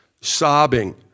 sobbing